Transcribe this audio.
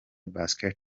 basket